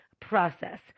process